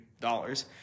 dollars